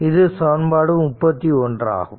இது சமன்பாடு 31 ஒன்றாகும்